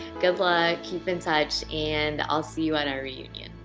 good luck, keep in touch, and i'll see you in our reunion.